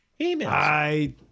emails